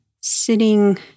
sitting